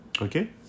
Okay